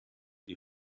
die